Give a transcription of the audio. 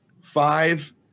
five